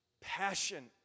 passion